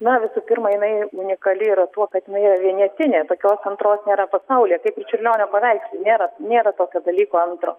na visų pirma jinai unikali yra tuo kad jinai yra vienetinė tokios antros nėra pasaulyje kaip ir čiurlionio paveikslai nėra nėra tokio dalyko antro